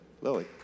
Lily